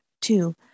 Two